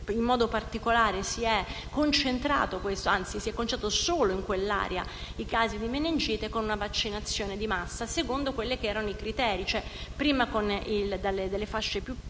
in modo particolare si sono concentrati - anzi, si sono concentrati solo in quell'area - i casi di meningite con una vaccinazione di massa, secondo quelli che erano i criteri, cioè prima la fascia dei più piccoli,